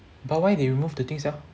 but why they remove the things sia